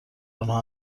آنها